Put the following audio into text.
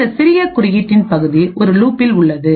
இந்த சிறிய குறியீட்டின் பகுதி ஒரு லூப்பில் உள்ளது